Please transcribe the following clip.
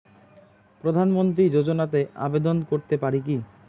প্রধানমন্ত্রী যোজনাতে আবেদন করতে পারি কি?